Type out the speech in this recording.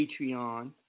Patreon